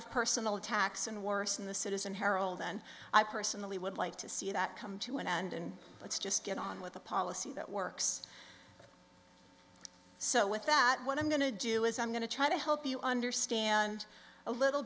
of personal attacks and worse in the citizen herald and i personally would like to see that come to an end and let's just get on with a policy that works so with that what i'm going to do is i'm going to try to help you understand a little